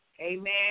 Amen